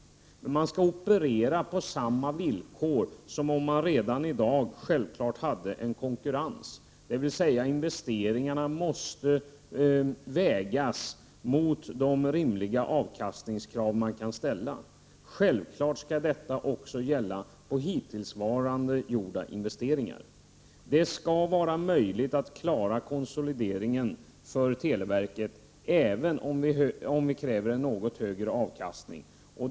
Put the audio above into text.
Men televerket skall operera under samma villkor som om televerket redan i dag hade konkurrens, dvs. investeringarna måste vägas mot ett rimligt avkastningskrav. Självklart skall detta också gälla på hittills gjorda investeringar. Det skall vara möjligt att klara konsolideringen för televerket, även om vi kräver en något högre avkastning.